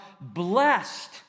blessed